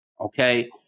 okay